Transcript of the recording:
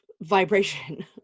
Vibration